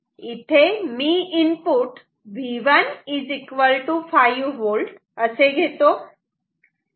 इथे मी input V1 5V असे घेतो